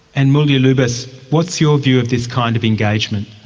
and mulya lubis, what's your view of this kind of engagement?